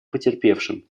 потерпевшим